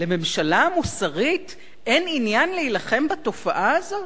לממשלה מוסרית אין עניין להילחם בתופעה הזאת,